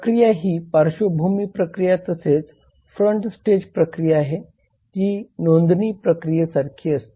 प्रक्रिया ही पार्श्वभूमी प्रक्रिया तसेच फ्रंट स्टेज प्रक्रिया आहे जी नोंदणी प्रक्रियेसारखी असते